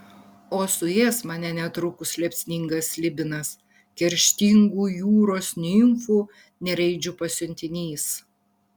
o suės mane netrukus liepsningas slibinas kerštingų jūros nimfų nereidžių pasiuntinys